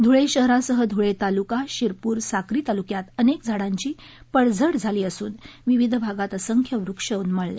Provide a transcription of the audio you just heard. धुळे शहरासह धुळे तालुका शिरपूर साक्री तालुक्यात अनेक घरांची पडझड झाली असून विविध भागात असंख्य वृक्ष उन्मळले